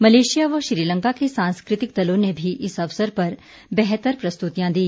Malaysia व श्रीलंका के सांस्कृतिक दलो ने भी इस अवसर पर बेहतर प्रस्तुतिया दी